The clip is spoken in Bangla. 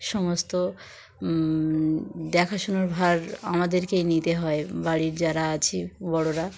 সমস্ত দেখাশোনার ভার আমাদেরকেই নিতে হয় বাড়ির যারা আছে বড়রা